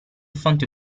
fonti